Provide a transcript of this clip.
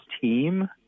team